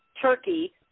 turkey –